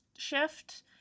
shift